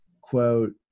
quote